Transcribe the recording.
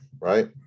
right